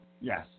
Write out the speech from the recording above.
Yes